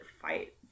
fight